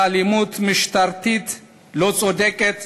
על אלימות משטרתית לא צודקת